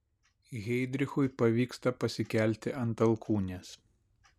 heidrichui pavyksta pasikelti ant alkūnės